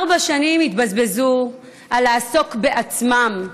ארבע שנים, התבזבזו על לעסוק בעצמם.